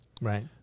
Right